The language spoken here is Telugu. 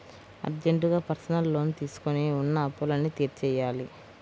అర్జెంటుగా పర్సనల్ లోన్ తీసుకొని ఉన్న అప్పులన్నీ తీర్చేయ్యాలి